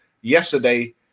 yesterday